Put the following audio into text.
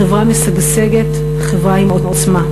חברה משגשגת, חברה עם עוצמה.